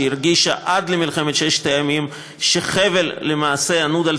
שעד למלחמת ששת הימים הרגישה שחבל ענוד על